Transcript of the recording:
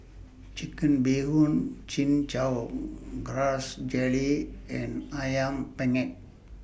Chicken Bee Hoon Chin Chow Grass Jelly and Ayam Penyet